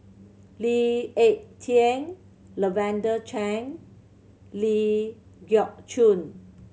Lee Ek Tieng Lavender Chang Ling Geok Choon